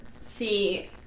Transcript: see